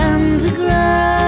Underground